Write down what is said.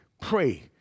Pray